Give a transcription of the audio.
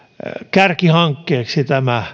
kärkihankkeeksi